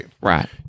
right